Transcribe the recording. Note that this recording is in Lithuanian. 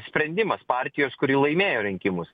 sprendimas partijos kuri laimėjo rinkimus